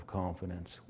confidence